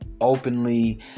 openly